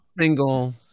single